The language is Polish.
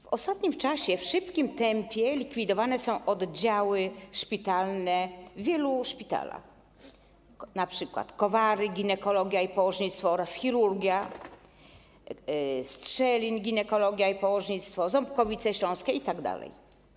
W ostatnim czasie w szybkim tempie likwidowane są oddziały szpitalne w wielu szpitalach, np. Kowary - ginekologia i położnictwo oraz chirurgia, Strzelin - ginekologia i położnictwo, Ząbkowice Śląskie itd.